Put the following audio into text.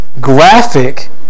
graphic